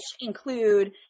include